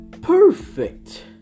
perfect